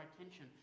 attention